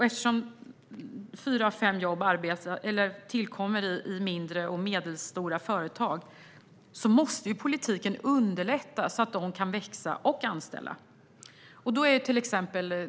Eftersom fyra av fem jobb tillkommer i mindre och medelstora företag måste politiken underlätta så att de företagen kan växa och anställa.